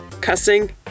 cussing